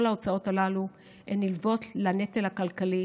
כל ההוצאות הללו הן נלוות לנטל הכלכלי